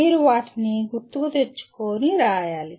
మీరు వాటిని గుర్తుకు తెచ్చుకోని వ్రాయాలి